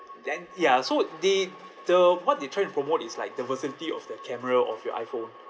then ya so they the what they try to promote is like diversity of the camera of your iphone